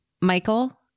Michael